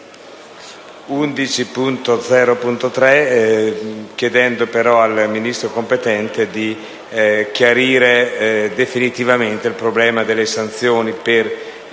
11.0.3. Chiedo pero al Ministro competente di chiarire definitivamente il problema delle sanzioni per le